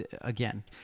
again